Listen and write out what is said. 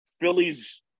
Phillies